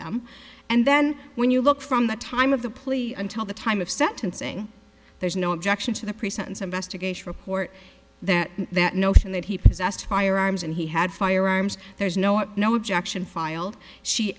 them and then when you look from the time of the plea until the time of sentencing there's no objection to the pre sentence investigation report that that notion that he possessed firearms and he had firearms there's no is no objection filed she